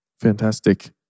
Fantastic